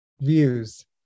views